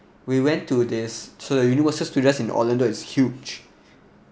we went to this so the universal studios in orlando is huge